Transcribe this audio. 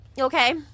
Okay